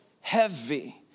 heavy